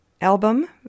album